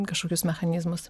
kažkokius mechanizmus